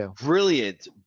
Brilliant